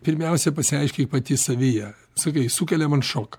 pirmiausia pasireiškia ji pati savyje sakei sukelia man šoką